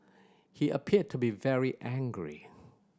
he appeared to be very angry